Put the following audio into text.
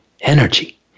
energy